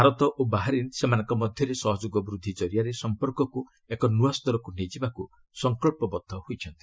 ଭାରତ ଓ ବାହାରିନ୍ ସେମାନଙ୍କ ମଧ୍ୟରେ ସହଯୋଗ ବୃଦ୍ଧି ଜରିଆରେ ସଂପର୍କକୁ ଏକ ନୂଆସ୍ତରକୁ ନେଇଯିବାକୁ ସଂକଳ୍ପବଦ୍ଧ ହୋଇଛନ୍ତି